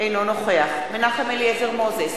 אינו נוכח מנחם אליעזר מוזס,